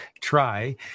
try